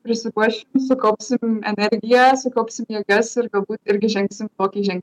prisiruoš sukaupsim energiją sukaupsim jėgas ir galbūt irgi žengsim kokį žin